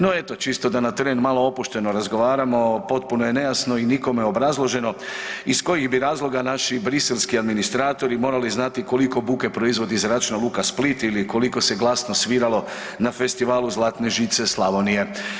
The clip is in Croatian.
No, na eto čisto da na terenu malo opušteno razgovaramo potpuno je nejasno i nikome obrazloženo iz kojih bi razloga naši briselski administratori morali znati koliko buke proizvodi Zračna luka Split ili koliko se glasno sviralo na Festivalu Zlatne žice Slavonije.